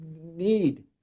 need